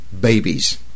Babies